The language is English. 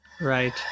Right